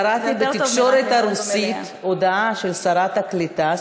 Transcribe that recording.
קראתי בתקשורת הרוסית הודעה של שרת הקליטה,